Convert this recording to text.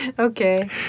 Okay